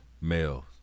males